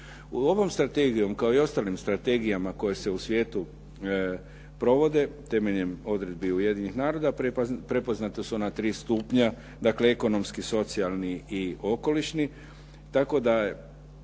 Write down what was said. Ovom strategijom kao i ostalim strategijama koje se u svijetu provode temeljem odredbi Ujedinjenih naroda prepoznata su ona tri stupnja dakle ekonomski, socijalni i okolišni